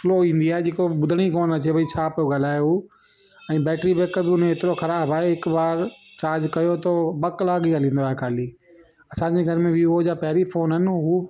slow ईंदी आहे जेको ॿुधण ई कोन अचे भई छा पियो ॻाल्हाए हू ऐं बैटिरी बैकअप बि उन जो एतिरो ख़राबु आहे हिक बार चार्ज कयो त हो ॿ कलाक ई हलंदो आहे खाली असांजे घर में वीवो जा पहिरी भी फ़ोन आहिनि हू